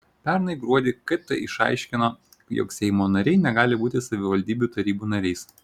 pernai gruodį kt išaiškino jog seimo nariai negali būti savivaldybių tarybų nariais